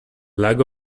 lack